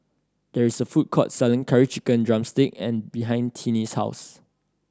there is a food court selling Curry Chicken drumstick and behind Tinie's house